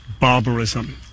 barbarism